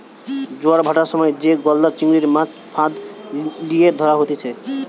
জোয়ার ভাঁটার সময় যে গলদা চিংড়ির, মাছ ফাঁদ লিয়ে ধরা হতিছে